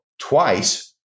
twice